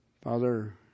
Father